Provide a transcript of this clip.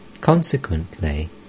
Consequently